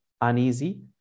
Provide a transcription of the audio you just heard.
uneasy